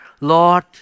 Lord